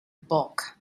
bulk